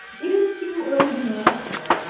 it is too early to know for sure.